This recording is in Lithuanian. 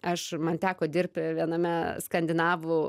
aš man teko dirbt viename skandinavų